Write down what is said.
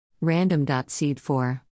Random.seed4